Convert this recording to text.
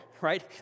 Right